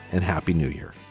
and happy new year